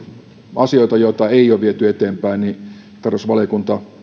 asioita joita ei ole viety eteenpäin niin tarkastusvaliokunta